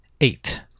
Eight